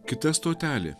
kita stotelė